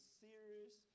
serious